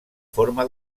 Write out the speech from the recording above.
forma